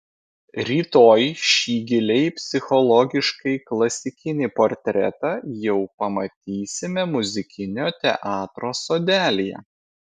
rytoj šį giliai psichologiškai klasikinį portretą jau pamatysime muzikinio teatro sodelyje